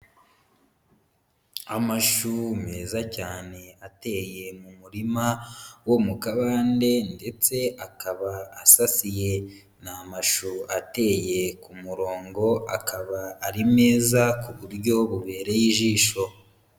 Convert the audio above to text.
Amashu meza cyane ateye mu murima wo mu kabande, ndetse akaba asasiye. Ni amashu ateye ku murongo akaba ari meza, ku buryo bubereye ijisho.